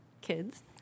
kids